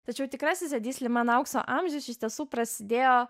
tačiau tikrasis edi sliman aukso amžius iš tiesų prasidėjo